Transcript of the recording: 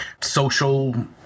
social